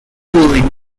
fluent